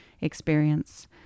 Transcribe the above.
experience